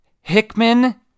Hickman